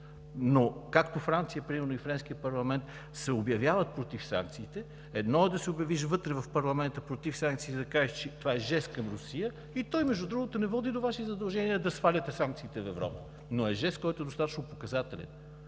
Но, както Франция примерно и френският парламент се обявяват против санкциите – едно е да се обявиш вътре, в парламента, против санкции и да кажеш, че това е жест към Русия, и той, между другото, не води до Ваше задължение да сваляте санкциите в Европа, но е жест, който е достатъчно показателен.